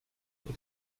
that